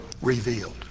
revealed